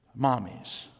mommies